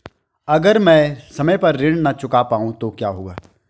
अगर म ैं समय पर ऋण न चुका पाउँ तो क्या होगा?